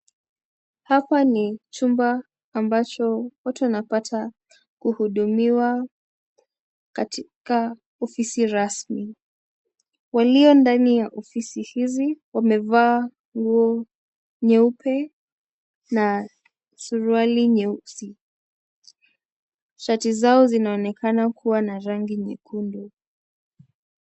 Hapa ni chumba ambacho watu wanapata kuhudumiwa katika ofisi rasmi, walio ndani ya ofisi hizi wamevaa nguo nyeupe na suruali nyeusi, shati zao zinaonekana kuwa na rangi nyekundu.